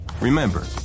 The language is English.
Remember